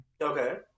okay